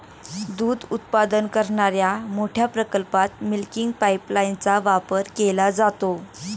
दूध उत्पादन करणाऱ्या मोठ्या प्रकल्पात मिल्किंग पाइपलाइनचा वापर केला जातो